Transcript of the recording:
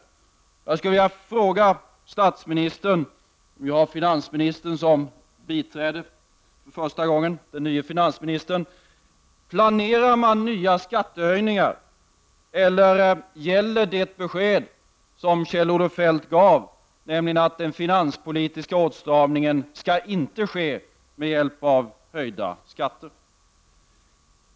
Därför frågar jag nu statsministern, som har den nya finansministern som biträde för första gången: Planeras nya skattehöjningar eller gäller det besked som Kjell-Olof Feldt gav, nämligen att den finanspolitiska åtstramningen inte skall ske med hjälp av höjda skatter?